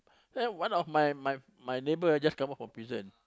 then one of my my my neighbour ah just come out from prison